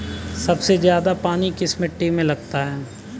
सबसे ज्यादा पानी किस मिट्टी में लगता है?